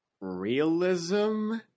realism